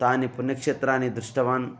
तानि पुण्यक्षेत्राणि दृष्टवान्